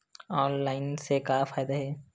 Online से का फ़ायदा हे?